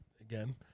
Again